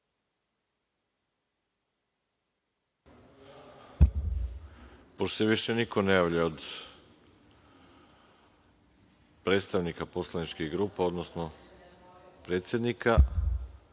Pošto se više niko ne javlja od predstavnika poslaničkih grupa, odnosno predsednika,